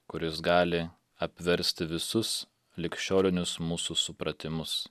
kuris gali apversti visus ligšiolinius mūsų supratimus